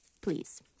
please